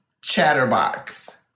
chatterbox